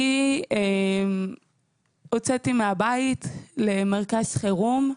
אני הוצאתי מהבית למרכז חירום.